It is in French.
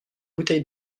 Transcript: bouteille